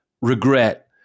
regret